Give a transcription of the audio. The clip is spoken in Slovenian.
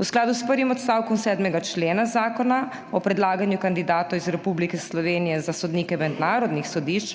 V skladu s prvim odstavkom 7. člena Zakona o predlaganju kandidatov iz Republike Slovenije za sodnike mednarodnih sodišč